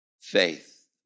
faith